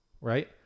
Right